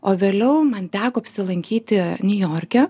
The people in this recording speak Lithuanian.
o vėliau man teko apsilankyti niujorke